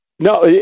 No